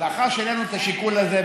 לאחר שהעלינו את השיקול הזה,